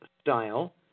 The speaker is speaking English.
style